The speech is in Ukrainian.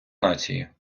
нації